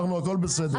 הכל בסדר.